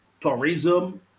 tourism